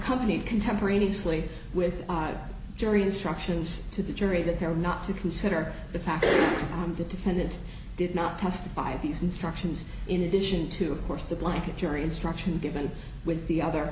company contemporaneously with jury instructions to the jury that they're not to consider the fact that the defendant did not testify these instructions in addition to of course the blanket jury instruction given with the other